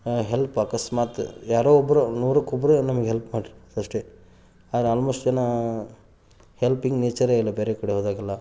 help ಅಕಸ್ಮಾತು ಯಾರೋ ಒಬ್ಬರು ನೂರಕ್ಕೆ ಒಬ್ಬರು ನಮಗೆ ಹೆಲ್ಪ್ ಮಾಡಿರ್ತಾರಷ್ಟೇ ಆದರೆ ಆಲ್ಮೋಸ್ಟ್ ಜನ ಹೆಲ್ಪಿಂಗ್ ನೇಚರೇ ಇಲ್ಲ ಬೇರೆ ಕಡೆ ಹೋದಾಗೆಲ್ಲ